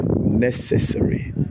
necessary